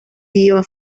dio